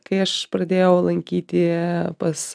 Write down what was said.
kai aš pradėjau lankyti pas